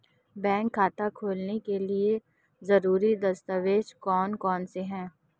Bank खाता खोलने के लिए ज़रूरी दस्तावेज़ कौन कौनसे हैं?